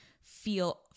feel